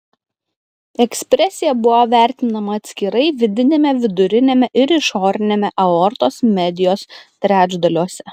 ekspresija buvo vertinama atskirai vidiniame viduriniame ir išoriniame aortos medijos trečdaliuose